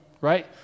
right